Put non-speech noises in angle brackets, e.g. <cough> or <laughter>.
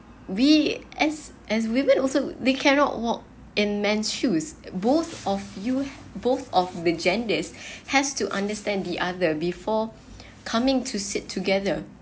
we as as women also they cannot walk in men's shoes both of you both of the genders <breath> has to understand the other before coming to sit together